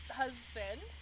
husband